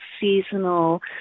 seasonal